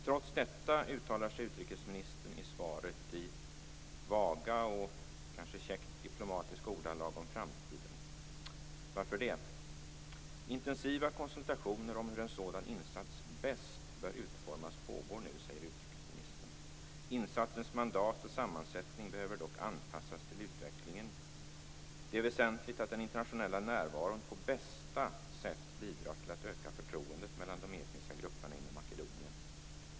Trots detta uttalar sig utrikesministern i svaret i vaga och käckt diplomatiska ordalag om framtiden. Varför det? "Intensiva konsultationer om hur en sådan insats bäst bör utformas pågår nu", säger utrikesministern. "Insatsens mandat och sammansättning behöver dock anpassas till utvecklingen -. Det är väsentligt att den internationella närvaron - på bästa sätt bidrar till att öka förtroendet mellan de etniska grupperna inom Makedonien."